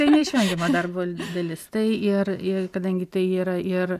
tai neišvengiama darbo dalis tai ir ir kadangi tai yra ir